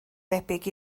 debyg